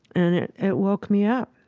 and it it woke me up.